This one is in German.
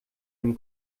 dem